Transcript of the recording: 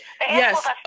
Yes